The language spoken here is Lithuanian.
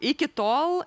iki tol